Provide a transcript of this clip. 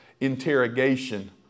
interrogation